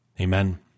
Amen